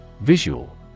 Visual